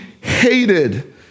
hated